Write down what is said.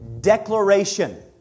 declaration